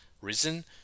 Reason